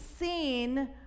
seen